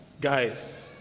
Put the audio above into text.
Guys